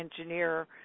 engineer